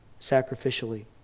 sacrificially